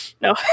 no